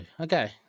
okay